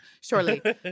Surely